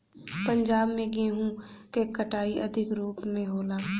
पंजाब में गेंहू क कटाई अधिक रूप में होला